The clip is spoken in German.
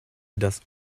das